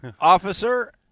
Officer